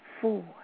four